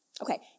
Okay